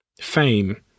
fame